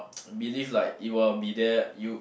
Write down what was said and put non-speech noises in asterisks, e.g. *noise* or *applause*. *noise* believe like it will be there you